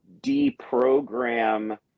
deprogram